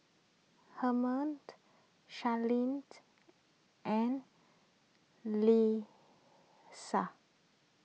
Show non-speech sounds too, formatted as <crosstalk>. Hernan Sharleen and <unintelligible>